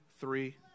three